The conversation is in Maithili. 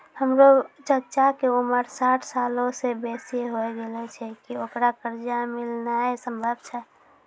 हमरो चच्चा के उमर साठ सालो से बेसी होय गेलो छै, कि ओकरा कर्जा मिलनाय सम्भव छै?